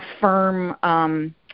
firm –